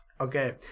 okay